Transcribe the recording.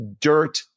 dirt